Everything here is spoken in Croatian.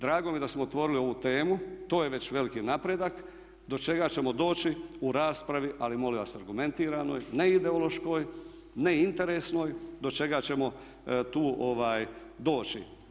Drago mi je da smo otvorili ovu temu, to je već veliki napredak do čega ćemo doći u raspravi ali molim vas argumentiranoj, ne ideološkoj, ne interesnoj, do čega ćemo tu doći.